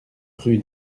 rue